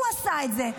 הוא עשה את זה.